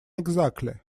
exactly